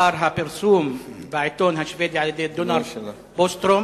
לאחר הפרסום בעיתון השבדי על-ידי דונלד בוסטרום